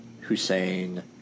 Hussein